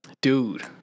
Dude